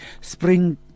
Spring